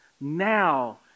Now